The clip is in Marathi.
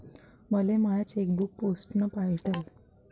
मले माय चेकबुक पोस्टानं भेटल